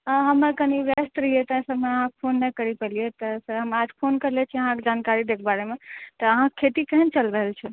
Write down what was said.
हमे कनि व्यस्त रहियै ताहि सऽ हमे अहाँके फोन नहि करि पैलिए तऽ से हम आज फोन करले छियै अहाँके जानकारी दैके बारेमे तऽ अहाँके खेती केहन चल रहल छै